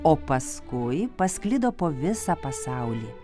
o paskui pasklido po visą pasaulį